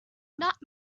not